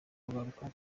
kugaruka